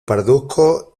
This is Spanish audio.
parduzco